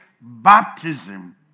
baptism